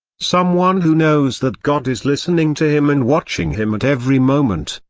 someone who knows that god is listening to him and watching him at every moment,